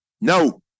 No